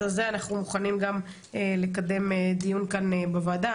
אז על זה אנחנו מוכנים גם לקדם דיון כאן בוועדה.